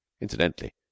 Incidentally